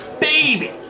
Baby